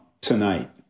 tonight